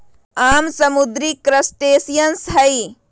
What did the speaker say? आम समुद्री क्रस्टेशियंस हई